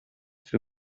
für